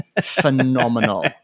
phenomenal